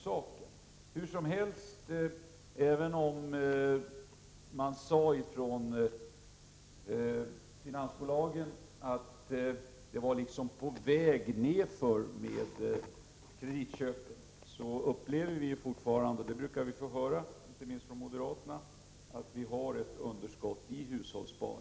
Även om finansbolagen sade att antalet kreditköp var på väg nedåt får vi fortfarande höra — inte minst från moderaterna — att det är ett underskott i hushållssparandet och att det därför finns samhällsekonomiska motiv för att ha en möjlighet att göra sådana här ingripanden.